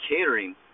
catering